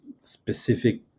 specific